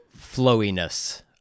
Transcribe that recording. flowiness